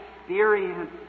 experience